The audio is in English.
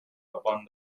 upon